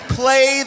play